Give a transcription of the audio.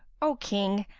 o king,